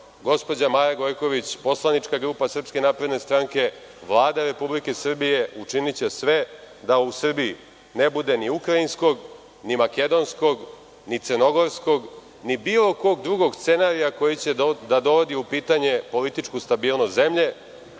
gospođa Maja Gojković, Poslanička grupa SNS, Vlada RS, učiniće sve da u Srbiji ne bude ni ukrajinskog ni makedonskog ni crnogorskog ni bilo kog drugog scenarija koji će da dovodi u pitanje političku stabilnost zemlje,